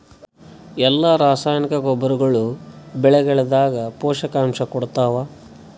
ಎಲ್ಲಾ ರಾಸಾಯನಿಕ ಗೊಬ್ಬರಗೊಳ್ಳು ಬೆಳೆಗಳದಾಗ ಪೋಷಕಾಂಶ ಕೊಡತಾವ?